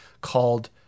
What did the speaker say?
called